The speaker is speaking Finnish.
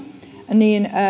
niin